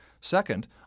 Second